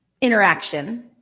interaction